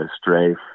Strafe